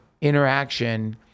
interaction